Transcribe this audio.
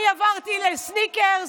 אני עברתי לסניקרס.